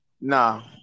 nah